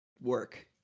work